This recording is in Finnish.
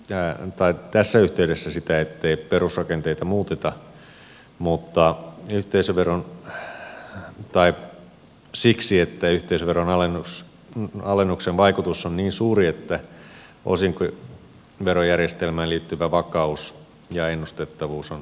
järvenpää tässä yhteydessä perusteltuna sitä ettei perusrakenteita muuteta siksi että yhteisöveron alennuksen vaikutus on niin suuri että osinkoverojärjestelmään liittyvä vakaus ja ennustettavuus on hyvä säilyttää